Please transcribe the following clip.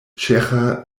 ĉeĥa